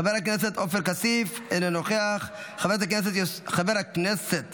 חבר הכנסת עופר כסיף, אינו נוכח, חבר הכנסת